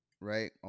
Right